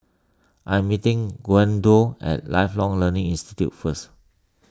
I am meeting Gwenda at Lifelong Learning Institute first